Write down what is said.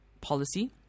policy